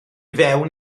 fewn